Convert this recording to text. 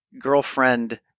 girlfriend